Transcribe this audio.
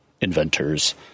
inventors